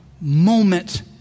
moment